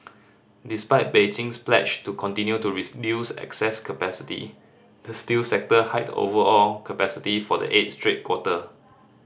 despite Beijing's pledge to continue to excess capacity the steel sector hiked overall capacity for the eighth straight quarter